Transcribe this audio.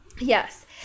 Yes